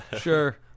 Sure